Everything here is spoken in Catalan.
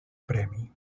premi